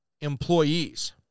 employees